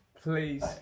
Please